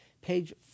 page